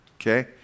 Okay